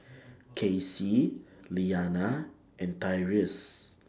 Kaycee Lilianna and Tyreese